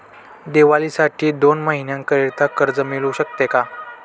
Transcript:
दिवाळीसाठी दोन महिन्याकरिता कर्ज मिळू शकते का?